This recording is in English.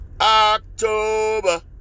October